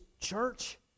church